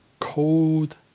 Cold